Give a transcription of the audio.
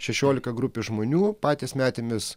šešiolika grupių žmonių patys metėmės